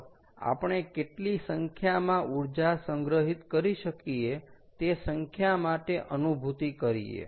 ચાલો આપણે કેટલી સંખ્યામાં ઉર્જા સંગ્રહિત કરી શકીએ તે સંખ્યા માટે અનુભૂતિ કરીએ